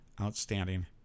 Outstanding